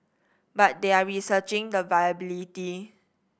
but they are researching the viability